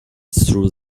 through